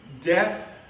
death